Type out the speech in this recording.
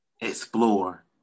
explore